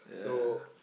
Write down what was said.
so